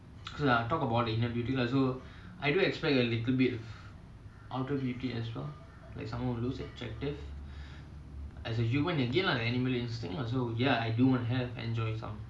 so we often use this quote quite often in our lives and we